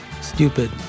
stupid